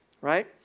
right